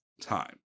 Time